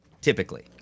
typically